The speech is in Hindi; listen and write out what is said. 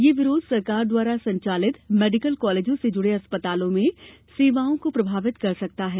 यह विरोध सरकार द्वारा संचालित मेडिकल कॉलेजों से जुड़े अस्पतालों में सेवाओं को प्रभावित कर सकता है